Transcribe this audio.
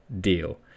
deal